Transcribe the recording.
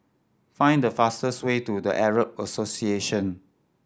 find the fastest way to The Arab Association